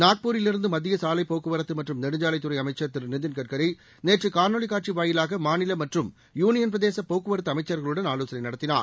நாக்பூரில் இருந்து மத்திய சுலைப் போக்குவரத்து மற்றும் நெடுஞ்சாலைத்துறை அமைச்சா் திரு நிதின்கட்கரி நேற்று காணொலி காட்சி வாயிவாக மாநில மற்றும் யூளியன்பிரதேச போக்குவரத்து அமைச்சர்களுடன் ஆலோசனை நடத்தினார்